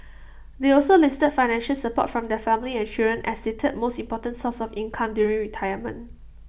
they also listed financial support from their family and children as the third most important source of income during retirement